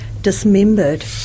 dismembered